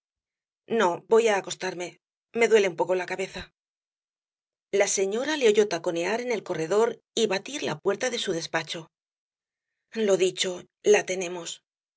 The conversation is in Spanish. no voy á acostarme me duele un poco la cabeza la señora le oyó taconear en el corredor y batir la puerta de su despacho lo dicho la tenemos